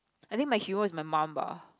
I think my hero is my mum ba